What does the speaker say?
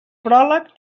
pròleg